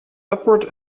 upward